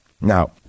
now